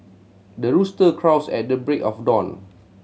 the rooster crows at the break of dawn